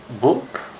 book